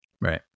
right